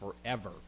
forever